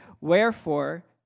Wherefore